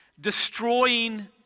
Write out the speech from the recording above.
destroying